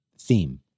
theme